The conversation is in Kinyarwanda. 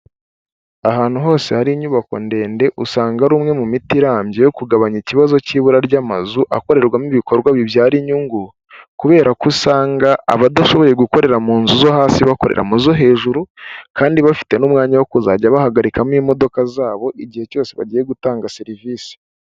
Ahantu hose hari inyubako ndende usanga ari umwe mu miti irambye yo kugabanya ikibazo cy'ibura ry'amazu akorerwamo ibikorwa bibyara inyungu, kubera ko usanga abadashoboye gukorera mu nzu zo hasi bakorera mu zo hejuru kandi bafite n'umwanya wo kuzajya bahagarikamo imodoka zabo igihe cyose bagiye gutanga serivisi.